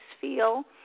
feel